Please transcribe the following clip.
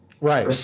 Right